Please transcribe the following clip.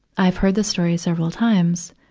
i've heard this story several times.